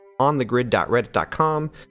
onthegrid.reddit.com